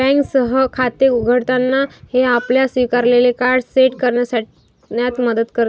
बँकेसह खाते उघडताना, हे आपल्याला स्वीकारलेले कार्ड सेट करण्यात मदत करते